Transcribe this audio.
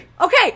Okay